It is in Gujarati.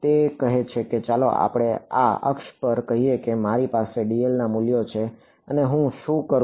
તે કહે છે કે ચાલો આપણે આ અક્ષ પર કહીએ કે મારી પાસે dl ના મૂલ્યો છે અને હું શું કરું